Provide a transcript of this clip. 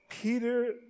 Peter